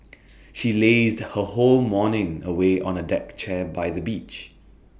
she lazed her whole morning away on A deck chair by the beach